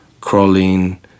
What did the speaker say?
crawling